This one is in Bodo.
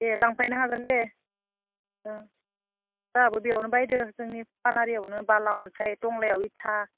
दे लांफैनो हागोन दे जोंहाबो बेयावनो बायदों जोंनि पानेरियावनो बाला अन्थाइ टंलायाव इथा